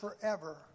forever